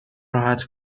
راحت